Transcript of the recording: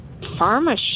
pharma